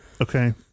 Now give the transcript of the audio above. okay